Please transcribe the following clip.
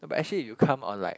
but actually you come on like